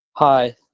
Hi